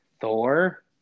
Thor